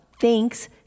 thanks